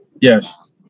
yes